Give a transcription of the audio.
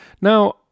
Now